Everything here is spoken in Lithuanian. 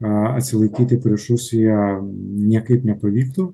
atsilaikyti prieš rusiją niekaip nepavyktų